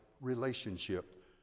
relationship